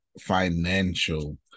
financial